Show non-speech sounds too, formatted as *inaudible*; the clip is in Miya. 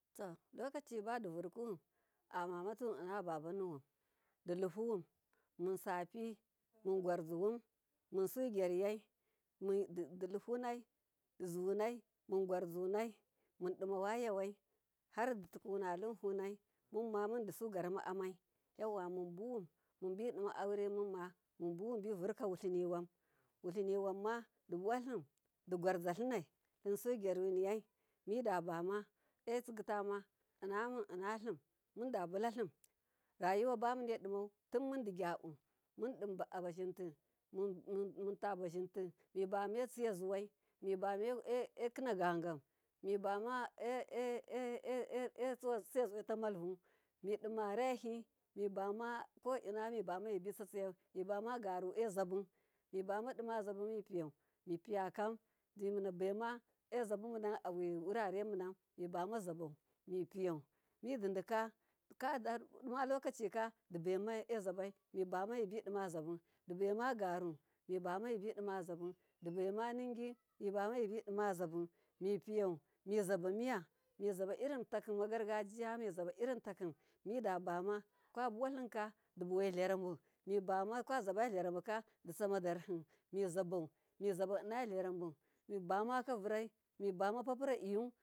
To lokoci badivurkuwun amamatuwun inna babanu wun, diluhuwun api mungwarziwun munsugyar yai diluhunai mungwar zunai mundima wayawai harditukuna limhunai mumma mudusu garama amai, yauwa munbuwun munbidima aure nuwun mun buwun munbivurkawulimniwan digwarza linai timse gyaruniyai midabama etsigitama innalim mundabulalim, rayuwabamine dimau mundi gyabiya mundin abazinti mibame tsiya zuwai mibame ekinagagan mibame *hesitation* etsiya zuwaita malvu mibama ko inna mibitsatsiyau mibama garu ezabu mubamadima zabumi piyau miyakam dibaima ezabumunan dowura rai mibama zabau mididika kwadima lokaci ka dibaimezabai, mibama mibidimazabu dibai ma garu mibama mibidima dimazabu dibaima ningi mibama mibidizabu mipiyau mizaba miyau mizabairin takim magargajiya mizabairin takim, mirabama kwabuwalimka dibawai liruwa kwazaba lirabuka ditsama darhi mizabau inna lirau mibama kavurai miparira iyu.